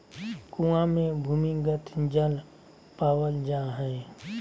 कुआँ मे भूमिगत जल पावल जा हय